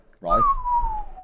right